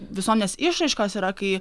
visuomenės išraiškos yra kai